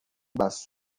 braço